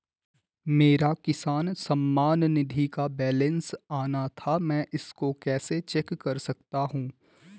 मेरा किसान सम्मान निधि का बैलेंस आना था मैं इसको कैसे चेक कर सकता हूँ?